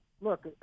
Look